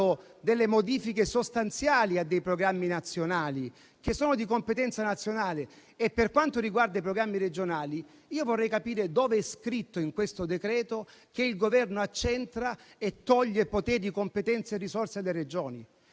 delle modifiche sostanziali a programmi che sono di competenza nazionale. Per quanto riguarda i programmi regionali, vorrei capire dov'è scritto in questo decreto che il Governo accentra e toglie poteri, competenze e risorse alle Regioni.